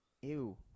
Ew